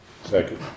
Second